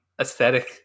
aesthetic